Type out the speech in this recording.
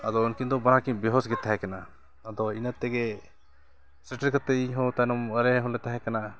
ᱟᱫᱚ ᱩᱱᱠᱤᱱ ᱫᱚ ᱵᱟᱱᱟᱨ ᱠᱤᱱ ᱵᱮᱦᱩᱥ ᱜᱮ ᱠᱤᱱ ᱛᱟᱦᱮᱸ ᱠᱟᱱᱟ ᱟᱫᱚ ᱤᱱᱟᱹ ᱛᱮᱜᱮ ᱥᱮᱴᱮᱨ ᱠᱟᱛᱮ ᱤᱧ ᱦᱚᱸ ᱛᱟᱭᱱᱚᱢ ᱟᱨᱮ ᱦᱚᱸᱞᱮ ᱛᱟᱦᱮᱸ ᱠᱟᱱᱟ